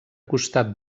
costat